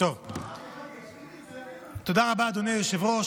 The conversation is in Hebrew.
תודה רבה, אדוני היושב-ראש.